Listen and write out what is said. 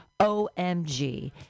OMG